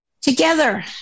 together